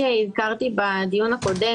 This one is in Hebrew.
החברות שבהן מדובר,